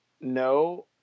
no